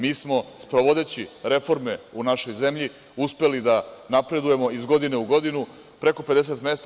Mi smo, sprovodeći reforme u našoj zemlji uspeli da napredujemo iz godine u godinu, preko 50 mesta.